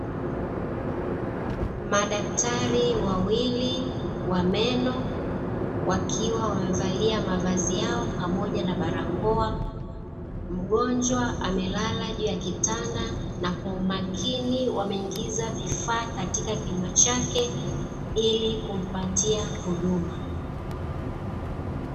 Madaktari wawili wa meno, wakiwa wamevalia mavazi yao pamoja na barakoa. Mgonjwa amelala juu ya kitanda, na kwa umakini wameingiza vifaa katika kinywa chake ili kumpatia huduma.